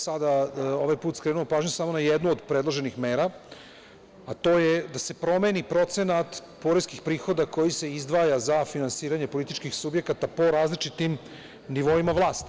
Sada bih skrenuo pažnju samo na jednu od predloženih mera, a to je da se promeni procenat poreskih prihoda koji se izdvaja za finansiranje političkih subjekata po različitim nivoima vlasti.